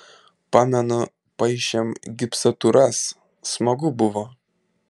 pamenu paišėm gipsatūras smagu buvo